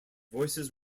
voices